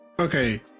Okay